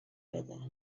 بده